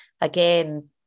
again